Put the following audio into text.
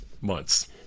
months